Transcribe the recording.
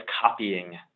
copying